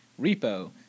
Repo